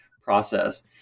process